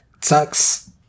sucks